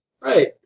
Right